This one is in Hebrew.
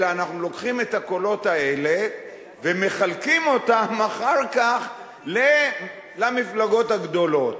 אלא אנחנו לוקחים את הקולות האלה ומחלקים אותם אחר כך למפלגות הגדולות.